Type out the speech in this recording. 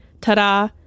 Ta-da